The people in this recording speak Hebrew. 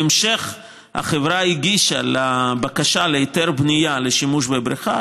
בהמשך החברה הגישה בקשה להיתר בנייה לשימוש בבריכה,